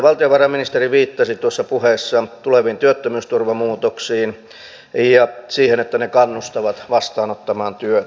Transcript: valtiovarainministeri viittasi tuossa puheessa tuleviin työttömyysturvamuutoksiin ja siihen että ne kannustavat vastaanottamaan työtä